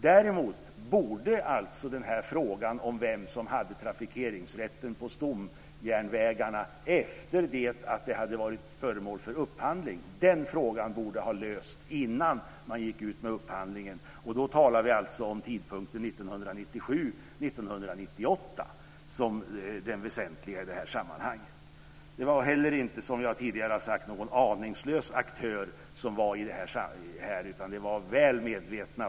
Däremot borde frågan om vem som hade trafikeringsrätten på stomjärnvägarna, efter det att detta hade varit föremål för upphandling, ha lösts innan man gick ut med upphandlingen. Då talar vi om tidpunkten 1997-1998 som den väsentliga i sammanhanget. Det var heller inte, som jag tidigare sagt, någon aningslös aktör här, utan man var väl medveten.